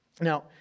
Now